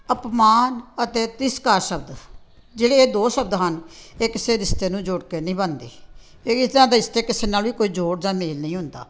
ਅਪਮਾਨ ਅਤੇ ਤਿਰਸਕਾਰ ਸ਼ਬਦ ਜਿਹੜੇ ਇਹ ਦੋ ਸ਼ਬਦ ਹਨ ਇਹ ਕਿਸੇ ਰਿਸ਼ਤੇ ਨੂੰ ਜੋੜ ਕੇ ਨਹੀਂ ਬਣਦੇ ਕਿਸੇ ਨਾਲ ਵੀ ਕੋਈ ਜੋੜ ਜਾਂ ਮੇਲ ਨਹੀਂ ਹੁੰਦਾ